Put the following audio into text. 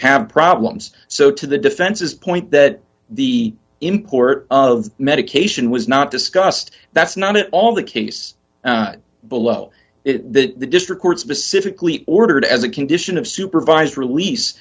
have problems so to the defense's point that the import of medication was not discussed that's not at all the case below it that the district court specifically ordered as a condition of supervised release